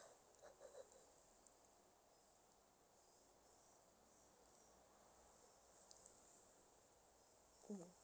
mm